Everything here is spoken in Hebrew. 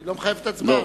היא לא מחייבת הצבעה?